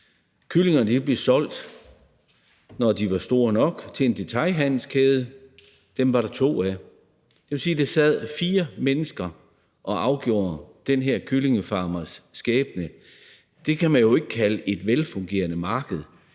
Kyllingerne blev solgt, når de var store nok, til en detailhandelskæde, og dem var der to af. Det vil sige, at der sad fire mennesker og afgjorde den her kyllingefarmers skæbne. Det kan man jo ikke kalde et velfungerende marked,